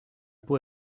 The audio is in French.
peau